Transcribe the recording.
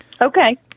okay